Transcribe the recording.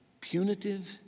punitive